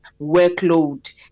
workload